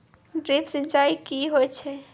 Drip सिंचाई कि होय छै?